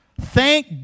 Thank